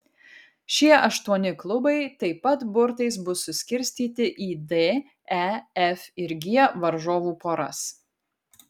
šie aštuoni klubai taip pat burtais bus suskirstyti į d e f ir g varžovų poras